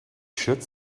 should